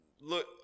look